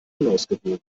unausgewogen